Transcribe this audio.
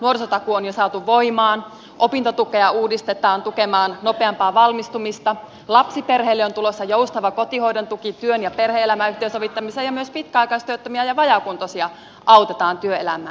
nuorisotakuu on jo saatu voimaan opintotukea uudistetaan tukemaan nopeampaa valmistumista lapsiperheille on tulossa joustava kotihoidon tuki työn ja perhe elämän yhteensovittamiseen ja myös pitkäaikaistyöttömiä ja vajaakuntoisia autetaan työelämään